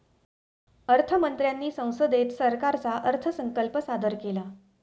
अर्थ मंत्र्यांनी संसदेत सरकारचा अर्थसंकल्प सादर केला